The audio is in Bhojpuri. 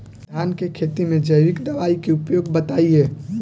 धान के खेती में जैविक दवाई के उपयोग बताइए?